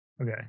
Okay